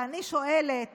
ואני שואלת